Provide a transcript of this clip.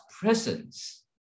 presence